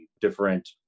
different